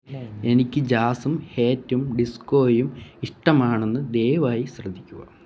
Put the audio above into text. എനിക്ക് ജാസും ഹേറ്റും ഡിസ്കോയും ഇഷ്ടമാണെന്ന് ദയവായി ശ്രദ്ധിക്കുക